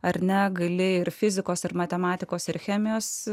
ar negaili ir fizikos ir matematikos ir chemijos